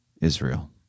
Israel